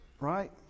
Right